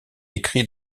écrit